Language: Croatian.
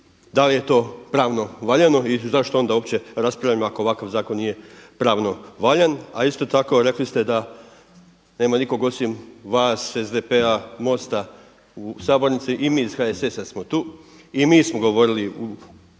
da li je to pravno valjano i zašto onda uopće raspravljamo ako ovakav zakon nije pravno valjan. A isto tako rekli ste da nema nikog osim vas SDP-a, MOST-a u sabornici. I mi iz HSS-a smo tu i mi smo govorili u okviru